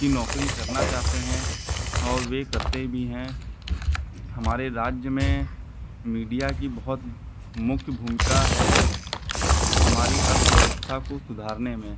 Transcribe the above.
की नौकरी करना चाहते हैं और वह करते भी हैं हमारे राज्य में मीडिया की बहुत मुख्य भूमिका है हमारी अर्थव्यवस्था को सुधारने में